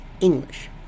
English